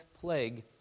plague